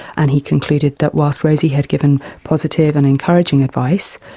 and he concluded that whilst rosie had given positive and encouraging advice,